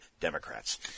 Democrats